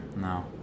no